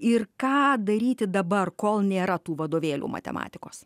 ir ką daryti dabar kol nėra tų vadovėlių matematikos